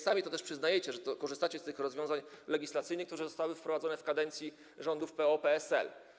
Sami też przyznajecie, że korzystacie z tych rozwiązań legislacyjnych, które zostały wprowadzone w kadencji rządów PO-PSL.